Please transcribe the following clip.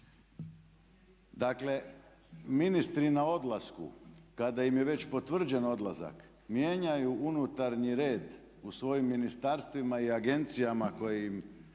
Dakle ministri na odlasku kada im je već potvrđen odlazak mijenjaju unutarnji red u svojim ministarstvima i agencijama koji im